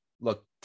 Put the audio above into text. look